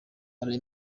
malawi